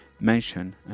mention